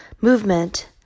movement